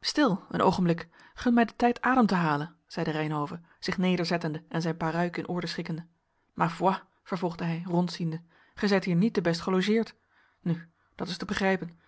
stil een oogenblik gun mij den tijd adem te halen zeide reynhove zich nederzettende en zijn paruik in orde schikkende ma foi vervolgde hij rondziende gij zijt hier niet te best gelogeerd nu dat is te begrijpen